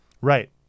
Right